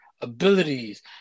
abilities